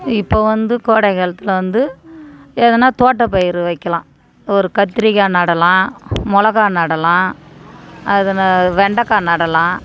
இப்போ வந்து கோடைக்காலத்தில் வந்து எதுனா தோட்டப் பயிரு வைக்கலாம் ஒரு கத்திரிக்காய் நடலாம் மிளகா நடலாம் அது வெண்டைக்கா நடலாம்